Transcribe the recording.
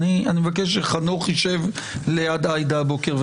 אני מבקש שחנוך ישב ליד עאידה הבוקר.